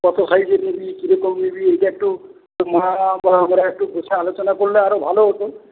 কত সাইজের নিবি কিরকম নিবি ওইটা একটু মা বসে আলোচনা করলে আরও ভালো হত